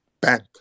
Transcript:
bank